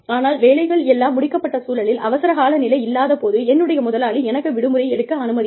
ஆனால் வேலைகள் எல்லாம் முடிக்கப்பட்ட சூழலில் அவசரக் கால நிலை இல்லாத போது என்னுடைய முதலாளி எனக்கு விடுமுறை எடுக்க அனுமதிப்பார்